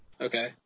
Okay